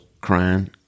crying